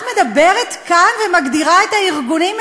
את מדברת כאן ומגדירה את הארגונים,